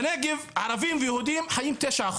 בנגב ערבים ויהודים חיים 9%,